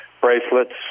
bracelets